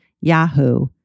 Yahoo